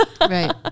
Right